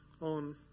on